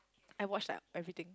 I watch like everything